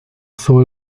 usó